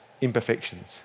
imperfections